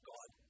God